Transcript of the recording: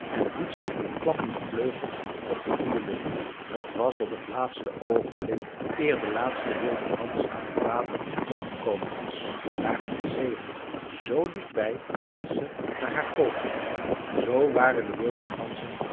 en hief zich met klappende vleugels op in de lucht t was op het laatste oogenblik eer de laatste wilde gans uit het water opgekomen was waren de zeehonden z dichtbij dat ze naar haar pooten hapten zoo waren de wilde ganzen